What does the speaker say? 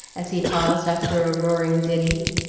as he paused after a roaring ditty.